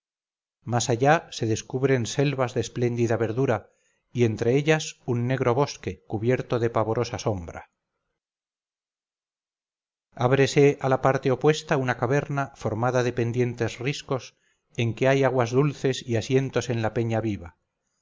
más allá se descubren selvas de espléndida verdura y entre ellas un negro bosque cubierto de pavorosa sombra ábrese a la parte opuesta una caverna formada de pendientes riscos en que hay aguas dulces y asientos en la peña viva